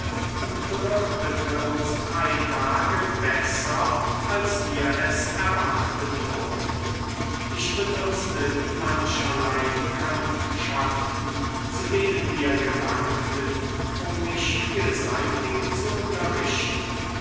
und bewirtete uns drei tage besser als wir es erwarten durften ich benutzte die mancherlei bekanntschaften zu denen wir gelangten um mich vielseitig zu unterrichten